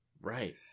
Right